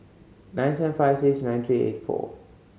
nine seven five six nine three eight four